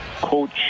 coach